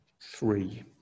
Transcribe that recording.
Three